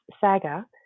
Saga